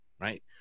right